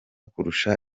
kurusha